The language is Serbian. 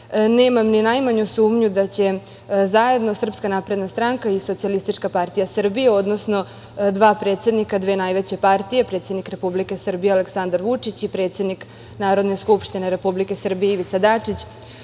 nemam ni najmanju sumnju da će zajedno SNS i SPS, odnosno dva predsednika dve najveće partije, predsednik Republike Srbije Aleksandar Vučić i predsednik Narodne skupštine Republike Srbije Ivica Dačić,